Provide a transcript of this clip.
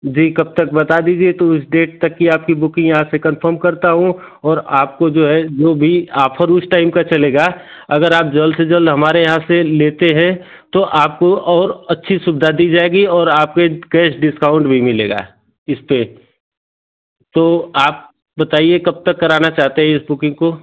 जी कब तक बता दीजिए तो उस डेट तक की आपकी बुकिंग यहाँ से कन्फर्म करता हूँ और आपको जो है जो भी आफर उस टाइम का चलेगा अगर आप जल्द से जल्द हमारे यहाँ से लेते हैं तो आपको और अच्छी सुविधा दी जाएगी और आपके कैस डिस्काउंट भी मिलेगा इस पर तो आप बताइए कब तक कराना चाहते हैं इस बुकिंग को